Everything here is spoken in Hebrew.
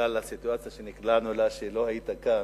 בגלל הסיטואציה שנקלענו אליה שלא היית כאן,